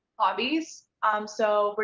hobbies. um so, but